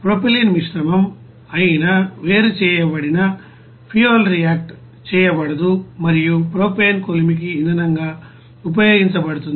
propylene మిశ్రమం అయిన వేరుచేయబడిన ఫ్యూయల్ రియాక్ట్ చేయబడదు మరియు ప్రొపేన్ కొలిమికి ఇంధనంగా ఉపయోగించబడుతుంది